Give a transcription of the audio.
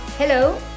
Hello